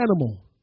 animal